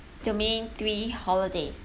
domain three holiday